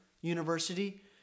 University